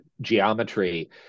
geometry